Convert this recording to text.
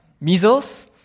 Measles